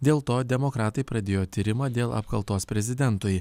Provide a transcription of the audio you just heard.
dėl to demokratai pradėjo tyrimą dėl apkaltos prezidentui